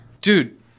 Dude